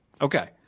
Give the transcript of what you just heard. Okay